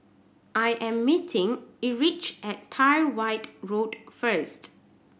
I am meeting Erich at Tyrwhitt Road first